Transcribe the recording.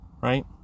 Right